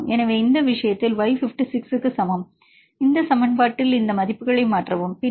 எனவே இந்த விஷயத்தில் y 56 க்கு சமம் இந்த சமன்பாட்டில் இந்த மதிப்புகளை மாற்றவும் பின்னர் f u 0